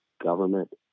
government